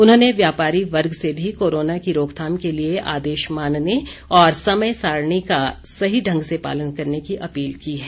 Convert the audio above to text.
उन्होंने व्यापारी वर्ग से भी कोरोना की रोकथाम के लिए आदेश मानने और समय सारिणी का सही ढंग से पालन करने की अपील की है